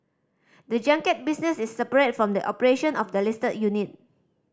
the junket business is separate from the operation of the listed unit